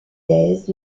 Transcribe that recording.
thèse